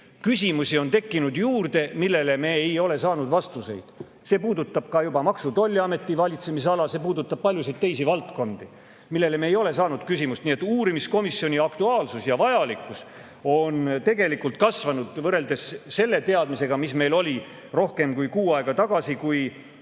küsimusi on tekkinud juurde ja neile me ei ole saanud vastuseid. See puudutab ka Maksu- ja Tolliameti valitsemisala ja paljusid teisi valdkondi, mille puhul me ei ole saanud [vastuseid]. Nii et uurimiskomisjoni aktuaalsus ja vajalikkus on tegelikult kasvanud võrreldes selle teadmisega, mis meil oli rohkem kui kuu aega tagasi, kui